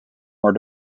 are